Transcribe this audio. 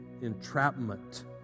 entrapment